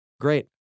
Great